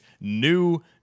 new